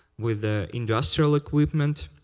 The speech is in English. with the industrial equipment.